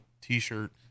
t-shirt